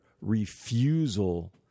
refusal